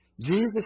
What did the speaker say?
Jesus